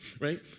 right